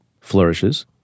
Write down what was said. flourishes